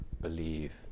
Believe